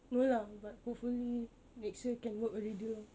no lah but hopefully next year can work already lor